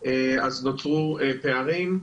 אז נוצרו פערים.